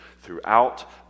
throughout